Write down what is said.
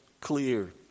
clear